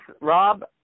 Rob